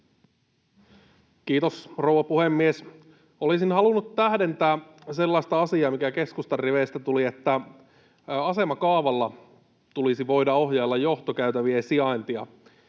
Kiitos, rouva puhemies! Olisin halunnut tähdentää sellaista asiaa, mikä keskustan riveistä tuli, että asemakaavalla tulisi voida ohjailla johtokäytävien sijaintia.